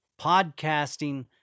Podcasting